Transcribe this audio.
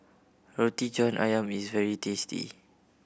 Roti John Ayam is very tasty